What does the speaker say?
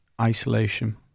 isolation